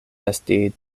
esti